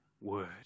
word